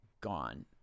gone